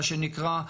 מה שנקרא,